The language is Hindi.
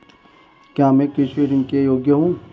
क्या मैं कृषि ऋण के योग्य हूँ?